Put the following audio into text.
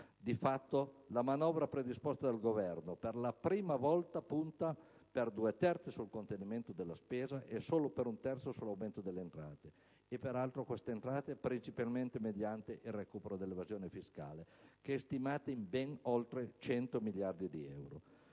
Di fatto, la manovra predisposta dal Governo per la prima volta punta per due terzi sul contenimento della spesa e solo per un terzo sull'aumento delle entrate, principalmente mediante il recupero dell'evasione fiscale (stimata ben oltre i 100 miliardi di euro).